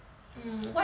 mm what